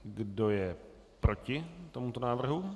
Kdo je proti tomuto návrhu?